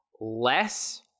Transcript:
less